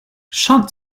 shot